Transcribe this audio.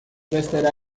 bestera